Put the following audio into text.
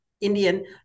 Indian